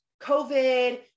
COVID